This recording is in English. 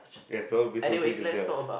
yes all will be so good to judge